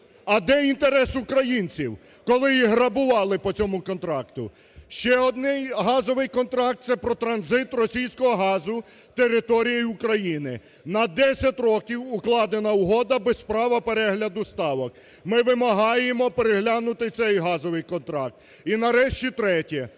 А де інтерес українців?! Коли їх грабували по цьому контракту! Ще один газовий контракт – це про транзит російського газу територією України. На 10 років укладена угода без права перегляду ставок! Ми вимагаємо переглянути і цей газовий контракт! І, нарешті, третє.